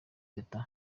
teta